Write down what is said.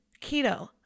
keto